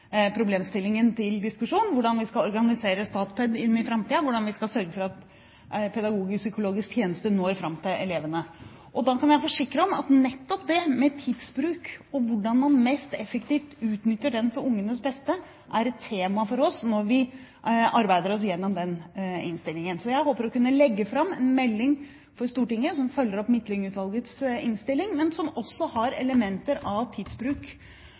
problemstillingen til diskusjon – hvordan vi skal organisere Statped i framtiden, hvordan vi skal sørge for at pedagogisk-psykologisk tjeneste når fram til elevene. Da kan jeg forsikre om at nettopp tidsbruken og hvordan man mest effektivt utnytter den til ungenes beste, er et tema for oss når vi arbeider oss gjennom den innstillingen. Så jeg håper å kunne legge fram en melding til Stortinget som følger opp Midtlyng-utvalgets innstilling, men som også har elementer av tidsbruk